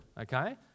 Okay